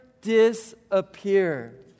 disappear